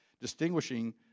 distinguishing